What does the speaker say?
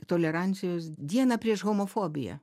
tolerancijos dieną prieš homofobiją